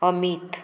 Amit